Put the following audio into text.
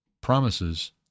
promises